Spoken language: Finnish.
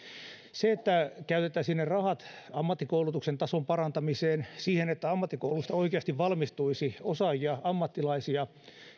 käytettäisiin ne rahat ammattikoulutuksen tason parantamiseen siihen että ammattikouluista oikeasti valmistuisi osaajia ammattilaisia